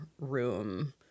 room